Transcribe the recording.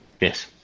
Yes